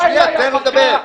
שנייה, תן לו לדבר.